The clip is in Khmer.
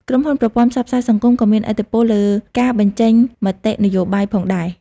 ក្រុមហ៊ុនប្រព័ន្ធផ្សព្វផ្សាយសង្គមក៏មានឥទ្ធិពលលើការបញ្ចេញមតិនយោបាយផងដែរ។